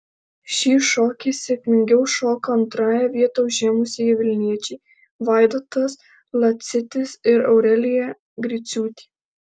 šį šokį sėkmingiau šoko antrąją vietą užėmusieji vilniečiai vaidotas lacitis ir aurelija griciūtė